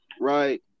right